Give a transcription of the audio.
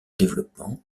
développement